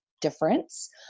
difference